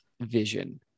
vision